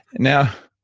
now,